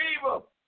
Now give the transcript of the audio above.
evil